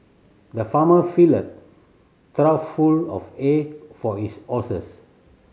the farmer filled a trough full of hay for his horses